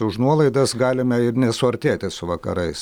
už nuolaidas galime ir nesuartėti su vakarais